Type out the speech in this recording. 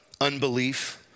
Unbelief